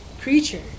creature